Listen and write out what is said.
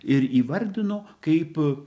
ir įvardino kaip